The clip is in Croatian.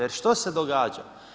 Jer što se događa?